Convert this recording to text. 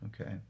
Okay